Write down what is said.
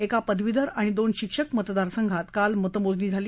एका पदवीधर आणि दोन शिक्षक मतदार संघात काल मतमोजणी झाली